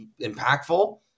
impactful